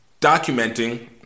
Documenting